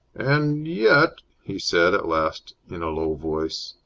and yet he said, at last, in a low voice.